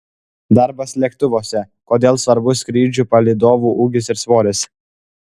darbas lėktuvuose kodėl svarbus skrydžių palydovų ūgis ir svoris